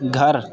گھر